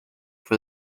for